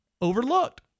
overlooked